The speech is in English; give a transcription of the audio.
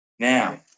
Now